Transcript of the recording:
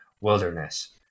wilderness